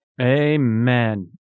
Amen